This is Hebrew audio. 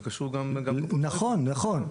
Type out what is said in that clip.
זה קשור גם --- נכון, נכון.